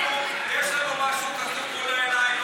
יש לנו משהו כתוב מול העיניים,